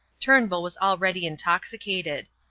turnbull was already intoxicated.